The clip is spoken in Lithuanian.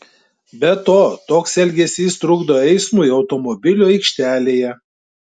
be to toks elgesys trukdo eismui automobilių aikštelėje